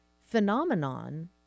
phenomenon